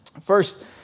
First